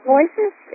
Voices